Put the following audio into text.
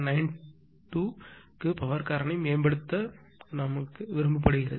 92 க்கு பவர் காரணி மேம்படுத்த விரும்பப்படுகிறது